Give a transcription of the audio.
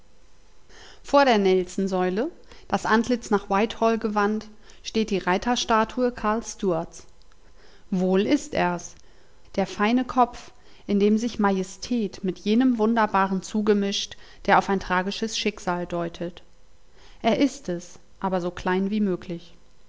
vor der nelsonsäule das antlitz nach whitehall gewandt steht die reiterstatue karl stuarts wohl ist er's der feine kopf in dem sich majestät mit jenem wunderbaren zuge mischt der auf ein tragisches schicksal deutet er ist es aber so klein wie möglich